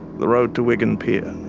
the road to wigan pier,